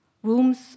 Rooms